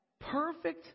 perfect